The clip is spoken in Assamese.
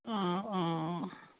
অঁ অঁ অঁ